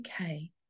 okay